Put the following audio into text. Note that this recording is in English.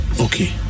Okay